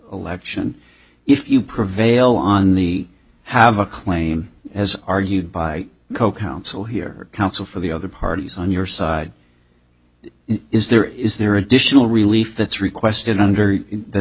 election if you prevail on the have a claim as argued by co counsel here counsel for the other parties on your side it is there is there are additional relief that's requested under the